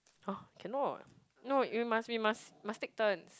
oh cannot no you must we must must take turns